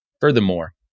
Furthermore